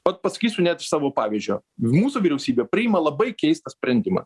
vat pasakysiu net iš savo pavyzdžio mūsų vyriausybė priima labai keistą sprendimą